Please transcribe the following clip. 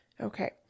Okay